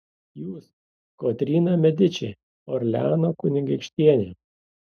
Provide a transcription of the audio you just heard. jūs kotryna mediči orleano kunigaikštienė